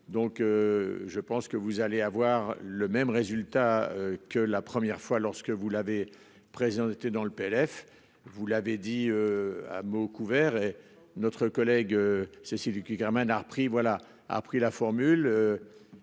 donc. Je pense que vous allez avoir le même résultat que la première fois lorsque vous l'avez présenté dans le PLF, vous l'avez dit. À mots couverts et notre collègue Cécile Cukierman a repris voilà